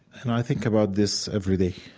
and i think about this every day,